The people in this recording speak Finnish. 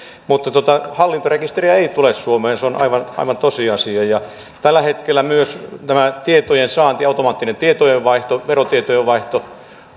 mutta mutta hallintarekisteriä ei tule suomeen se on aivan aivan tosiasia tällä hetkellä myös tämä tietojensaanti automaattinen tietojenvaihto verotietojen vaihto